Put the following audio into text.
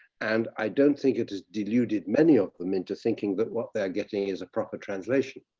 and i don't think it has deluded many of them into thinking that what they're getting is a proper translation.